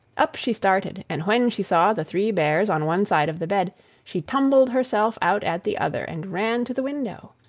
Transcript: up she started and when she saw the three bears on one side of the bed she tumbled herself out at the other, and ran to the window.